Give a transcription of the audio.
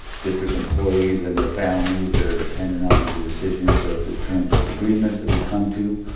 district employees and their families that are dependent on the decisions of the term of agreements that we come to.